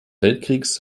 weltkriegs